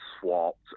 swapped